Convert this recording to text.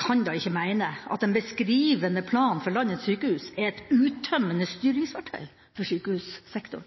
kan da ikke mene at en beskrivende plan for landets sykehus er et uttømmende styringsverktøy for sykehussektoren.